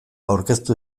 aurkeztu